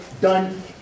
done